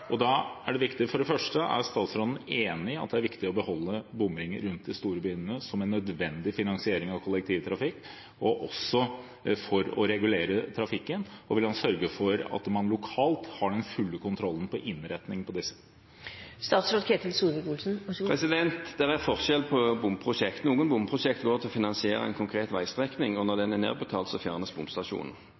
at det er viktig å beholde bomringer rundt de store byene som en nødvendig finansiering av kollektivtrafikk og også for å regulere trafikken, og vil han sørge for at man lokalt har den fulle kontrollen på innretningen av disse? Det er forskjell på bomprosjekt. Noen bomprosjekt går til finansiering av en konkret veistrekning, og når den er nedbetalt, fjernes bomstasjonen.